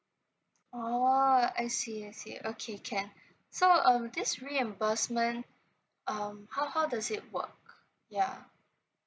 oh I see I see okay can so um this reimbursement um how how does it work yeah